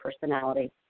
personality